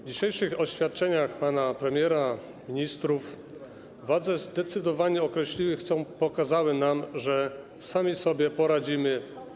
W dzisiejszych oświadczeniach pana premiera i ministrów władze zdecydowanie określiły, pokazały nam, że sami sobie poradzimy.